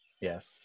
Yes